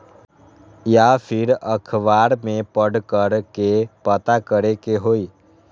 या फिर अखबार में पढ़कर के पता करे के होई?